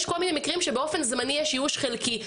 יש כל מיני מקרים שבאופן זמני יש איוש חלקי.